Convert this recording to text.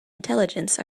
intelligence